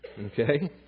Okay